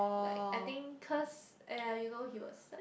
like I think because !aiya! you know he was such